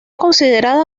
considerada